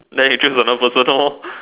then you choose another person lor